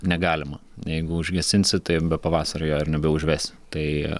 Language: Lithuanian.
negalima jeigu užgesinsi tai jau be pavasario jo ir nebeužvesi tai